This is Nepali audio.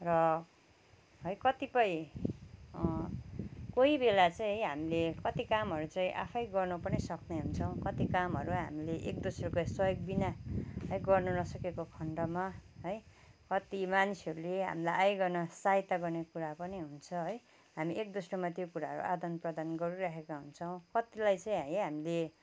र है कतिपय कोही बेला चाहिँ है हामीले कति कामहरू चाहिँ आफै गर्नु पनि सक्ने हुन्छ कति कामहरू हामीले एक दोस्रोको सहयोग बिना गर्न नसकेको खन्डमा है कति मान्छेहरूले हामीलाई आइकन सहायता गर्ने कुरा पनि हुन्छ है हामी एक दोस्रोमा त्यो कुराहरू आदान प्रदान गरिराखेका हुन्छौँ कतिलाई चाहिँ है हामीले